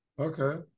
Okay